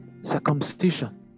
circumcision